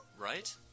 Right